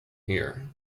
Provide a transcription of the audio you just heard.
hear